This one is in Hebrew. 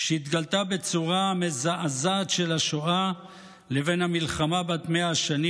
שהתגלתה בצורה מזעזעת של השואה לבין המלחמה במאה השנים